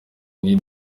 need